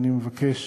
ואני מבקש